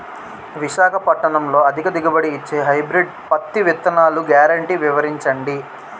విశాఖపట్నంలో అధిక దిగుబడి ఇచ్చే హైబ్రిడ్ పత్తి విత్తనాలు గ్యారంటీ వివరించండి?